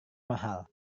mahal